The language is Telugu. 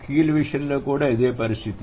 కీల్ విషయంలో కూడా ఇదే పరిస్థితి